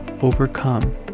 overcome